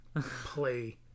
play